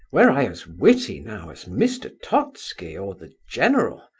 were i as witty, now, as mr. totski or the general,